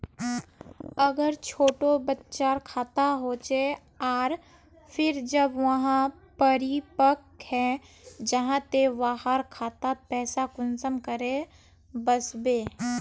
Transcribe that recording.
अगर छोटो बच्चार खाता होचे आर फिर जब वहाँ परिपक है जहा ते वहार खातात पैसा कुंसम करे वस्बे?